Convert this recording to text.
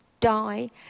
die